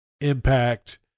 impact